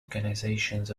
organizations